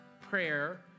prayer